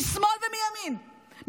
משמאל ומימין,